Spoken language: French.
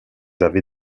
avez